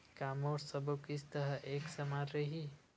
का मोर सबो किस्त ह एक समान रहि?